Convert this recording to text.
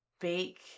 bake